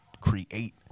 create